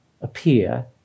appear